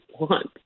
want